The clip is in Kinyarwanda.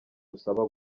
rusaba